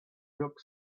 took